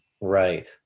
Right